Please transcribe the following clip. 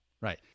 Right